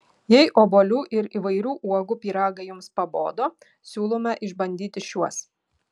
jei obuolių ir įvairių uogų pyragai jums pabodo siūlome išbandyti šiuos